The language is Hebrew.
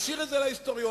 השאר את זה להיסטוריונים,